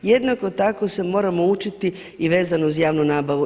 Jednako tako se moramo učiti i vezano uz javnu nabavu.